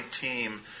team